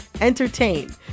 entertain